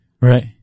Right